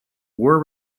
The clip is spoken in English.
were